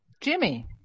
Jimmy